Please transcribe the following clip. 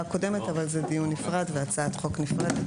הקודמת אבל זה דיון נפרד והצעת חוק נפרדת,